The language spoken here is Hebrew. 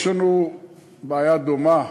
יש לנו בעיה דומה,